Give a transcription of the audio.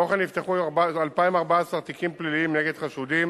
כמו כן, נפתחו 2,014 תיקים פליליים נגד חשודים